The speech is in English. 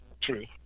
true